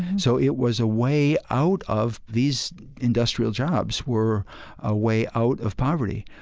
so it was a way out of these industrial jobs were a way out of poverty.